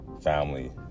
family